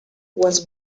was